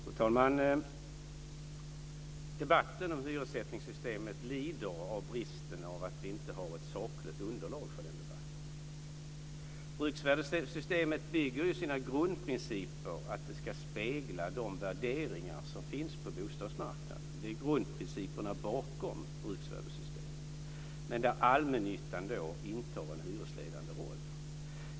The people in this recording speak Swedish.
Fru talman! Debatten om hyressättningssystemet lider av bristen att vi inte har ett sakligt underlag för den debatten. Bruksvärdessystemet bygger i sina grundprinciper på att det ska spegla de värderingar som finns på bostadsmarknaden. Det är grundprinciperna bakom bruksvärdessystemet där allmännyttan intar en hyresledande roll.